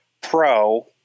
pro